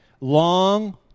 Long